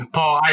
Paul